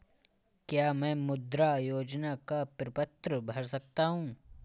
क्या मैं मुद्रा योजना का प्रपत्र भर सकता हूँ?